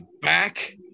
back